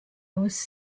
was